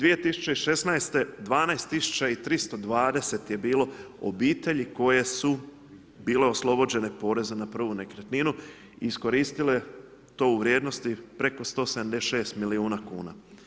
2016., 12 320 je bilo obitelji koje su bile oslobođenje poreza na prvu nekretninu i iskoristile to u vrijednosti preko 176 milijuna kuna.